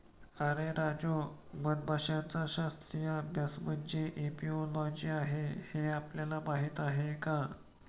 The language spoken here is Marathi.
अरे राजू, मधमाशांचा शास्त्रीय अभ्यास म्हणजे एपिओलॉजी आहे हे आपल्याला माहीत नाही